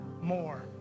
more